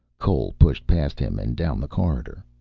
cole pushed past him and down the corridor.